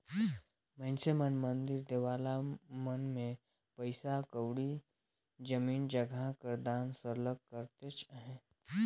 मइनसे मन मंदिर देवाला मन में पइसा कउड़ी, जमीन जगहा कर दान सरलग करतेच अहें